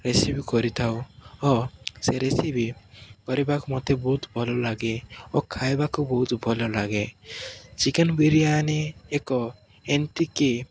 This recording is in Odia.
ରେସିପି କରିଥାଉ ଓ ସେ ରେସିପି କରିବାକୁ ମୋତେ ବହୁତ ଭଲ ଲାଗେ ଓ ଖାଇବାକୁ ବହୁତ ଭଲ ଲାଗେ ଚିକେନ ବିରିୟାନୀ ଏକ ଏମିତିକି